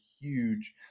huge